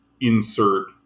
insert